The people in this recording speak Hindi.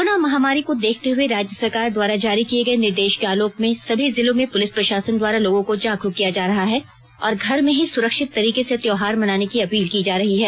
कोरोना महामारी को देखते हुए राज्य सरकार द्वारा जारी किए गए निर्देश के आलोक में सभी जिलों में पुलिस प्रशासन द्वारा लोगों को जागरूक किया जा रहा है और घर में ही सुरक्षित तरीके से त्यौहार मनोने की अपील की जा रही है